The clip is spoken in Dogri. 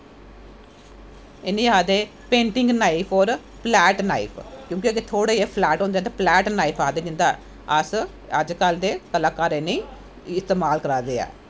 इनें आखदे पेंटिंग नाईफ और फलैट नाईफ क्योंकि अग्गैं थोह्ड़े जे फलैट होंदे ते फलैटनाईफ आखदे जिन्दा अस अज्ज कल दे कलाकार इनेंगी इस्तेमाल करा दे ऐ